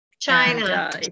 China